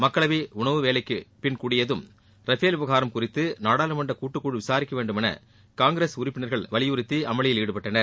மக்களவை உணவு வேலைக்கு பின் கூடியதும் ரபேல் விவகாரம் குறித்து நாடாளுமன்ற கூட்டுக்குழ விசாரிக்க வேண்டும் என காங்கிரஸ் உறுப்பினர்கள் வலியுறுத்தி அமளியில் ஈடுபட்டனர்